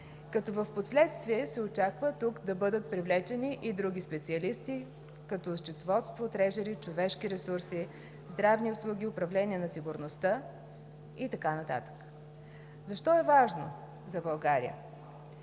като впоследствие се очаква тук да бъдат привлечени и други специалисти като счетоводство, трежъри, човешки ресурси, здравни услуги, управление на сигурността и така нататък. Защо е важно за България?